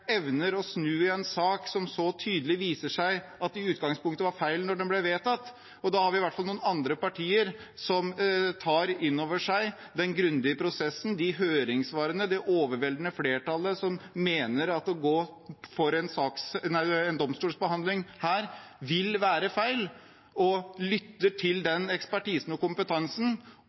evner å snu i en sak som det så tydelig viser seg at i utgangspunktet var feil da den ble vedtatt. Da har vi i hvert fall noen andre partier som tar inn over seg den grundige prosessen og høringssvarene – det overveldende flertallet som mener at å gå for en domstolsbehandling her, vil være feil – og som lytter til den ekspertisen og kompetansen